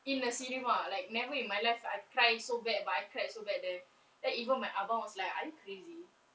in a cinema like never in my life I cry so bad but I cried so bad there then even my abang was like are you crazy